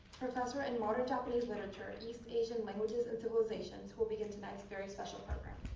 professor in modern japanese literature, east asian languages and civilizations, who will begin tonight's very special program.